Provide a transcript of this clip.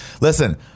Listen